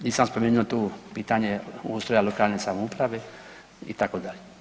Nisam spomenuo tu pitanje ustroja lokalne samouprave itd.